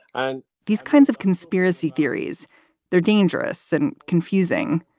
and. these kinds of conspiracy theories they're dangerous and confusing,